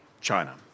China